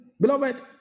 Beloved